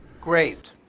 Great